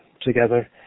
together